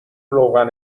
روغن